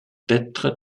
être